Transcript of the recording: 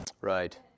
Right